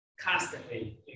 constantly